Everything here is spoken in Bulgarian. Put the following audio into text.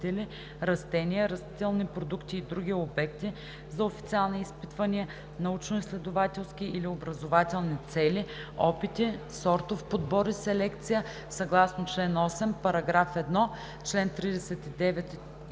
растения, растителни продукти и други обекти за официални изпитвания, научноизследователски или образователни цели, опити, сортов подбор и селекция, съгласно чл. 8, параграф 1, чл. 39 и